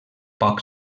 poc